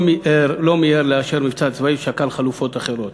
לא מיהר לאשר מבצע צבאי ושקל חלופות אחרות.